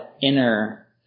inner